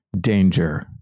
Danger